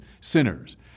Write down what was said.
sinners